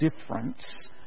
difference